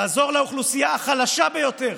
לעזור לאוכלוסייה החלשה ביותר.